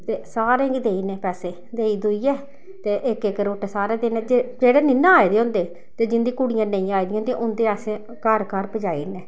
ते सारें गी देई ओड़ने पैसे देई दूइयै ते इक इक रुट्ट सारें देने जेह्ड़े नेईं ना आए दे होंदे ते जिं'दी कुड़ियां नेईं आई दियां होंदियां उं'दे आस्तै घर घर पजाई ओड़ने